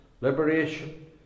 liberation